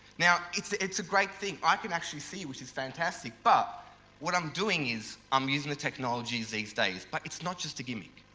now, it's it's a great thing, i can actually see which is fantastic but what i'm doing is i'm using the technology these days, but it's not just a gimmick.